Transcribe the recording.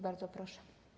Bardzo proszę.